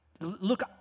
look